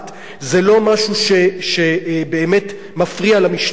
זה לא משהו שבאמת מפריע למשטרה.